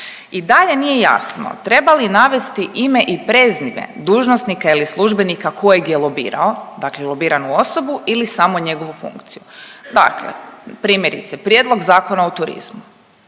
I dalje nije jasno, treba li navesti ime i preznime dužnosnika ili službenika kojeg je lobirao, dakle lobiranu osobu ili samo njegovu funkciju. Dakle, primjerice, Prijedlog Zakona o turizmu,